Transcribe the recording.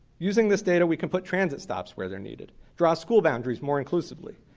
using this data we can put transit stops where they're needed, draw school boundaries more inclusively,